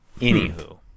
Anywho